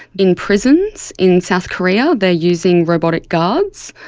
in prisons in south korea they are using robotic guards,